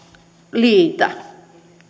liitä